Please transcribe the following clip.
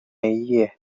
ایه